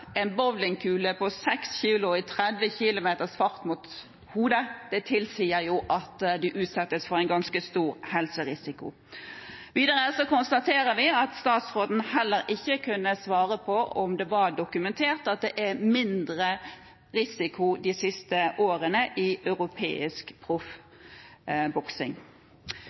en bowlingkule på seks kilo, som kommer mot deg i 30 km/t, i hodet, tilsier at man utsettes for en ganske stor helserisiko. Videre konstaterer vi at statsråden heller ikke kunne svare på om det er dokumentert at det har blitt mindre risiko de siste årene i europeisk